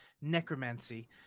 necromancy